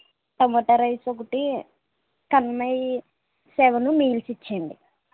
tomato rice ఒకటి కనిమాయి seven meals ఇచ్చేయండి